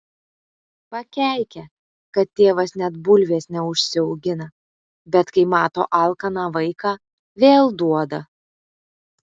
pakeikia kad tėvas net bulvės neužsiaugina bet kai mato alkaną vaiką vėl duoda